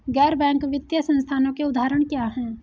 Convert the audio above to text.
गैर बैंक वित्तीय संस्थानों के उदाहरण क्या हैं?